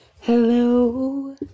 Hello